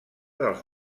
dels